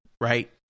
right